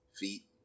feet